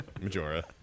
Majora